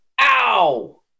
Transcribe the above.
ow